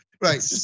Right